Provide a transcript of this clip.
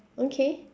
okay